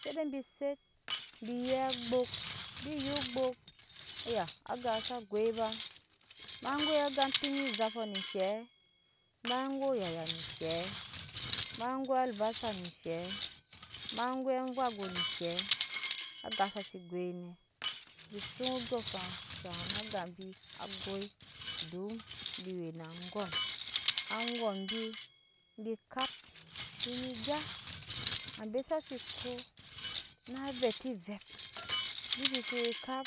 sede bi set bi yek agbok bi yeek ogbok aya aga sa goi bama goi oyaya ne se ma goi albasa ne shɛ ya goi amvwago ne eshɛ aga sa si goine bi sun ondyɔɔŋafan shaŋ na aga bi agoi dom bi we na angom agom bibi ne gya abe sasi ko na vɛt te evep bibe se ne kap